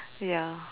ya